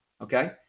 okay